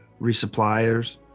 resuppliers